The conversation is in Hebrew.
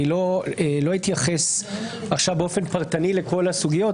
אני לא אתייחס עכשיו באופן פרטני לכל הסוגיות,